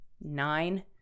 nine